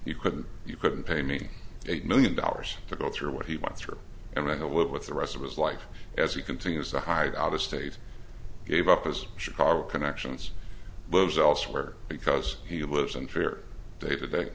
you couldn't you couldn't pay me eight million dollars to go through what he went through and it would with the rest of his life as he continues to hide out of state gave up his chicago connections lives elsewhere because he lives in fear day to day